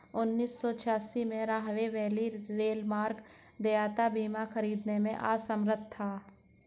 उन्नीस सौ छियासी में, राहवे वैली रेलमार्ग देयता बीमा खरीदने में असमर्थ था